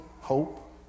hope